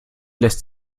lässt